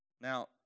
Now